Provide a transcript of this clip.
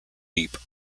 deep